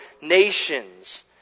nations